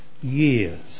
years